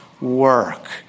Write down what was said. work